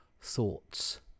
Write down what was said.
thoughts